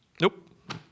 Nope